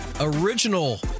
original